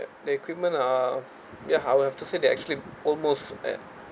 the equipment are ya I've to say that it's actually almost at